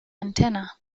antenna